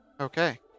okay